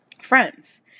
friends